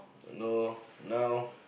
you know now